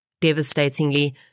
Devastatingly